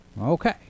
Okay